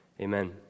amen